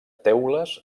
teules